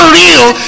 real